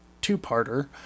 two-parter